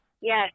Yes